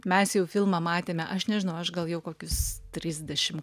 mes jau filmą matėme aš nežinau aš gal jau kokius trisdešim